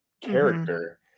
character